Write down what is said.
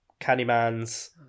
Candyman's